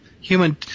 human